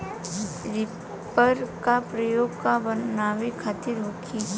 Reaper का प्रयोग का बनावे खातिन होखि?